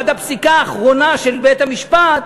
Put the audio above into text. עד הפסיקה האחרונה של בית-המשפט,